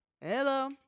hello